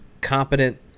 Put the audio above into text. competent